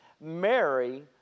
Mary